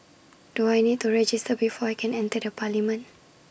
do I need to register before I can enter the parliament